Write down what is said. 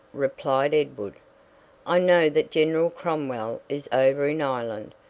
replied edward i know that general cromwell is over in ireland,